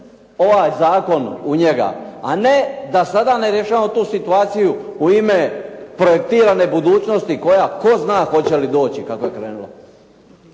ovaj zakon u njega, a ne da sada ne rješavamo tu situaciju u ime projektirane budućnosti koja tko zna hoće li doći kako je krenulo.